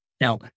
Now